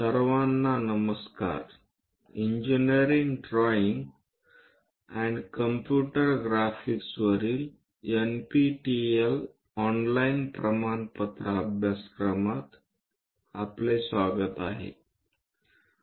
सर्वांना नमस्कार engineering drawing and computer ग्राफिक्सवरील एनपीटीईएल ऑनलाइन प्रमाणपत्र अभ्यासक्रमात आपले स्वागत आहे